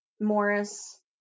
Morris